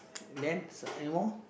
then anymore